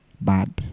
bad